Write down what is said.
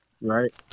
right